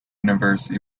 universe